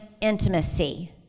intimacy